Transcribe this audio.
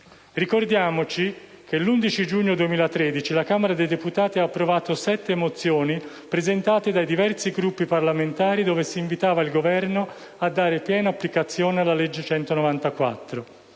Ricordiamo che l'11 giugno 2013 la Camera dei deputati ha approvato sette mozioni, presentate dai diversi Gruppi parlamentari, in cui si invitava il Governo a dare piena applicazione alla legge n.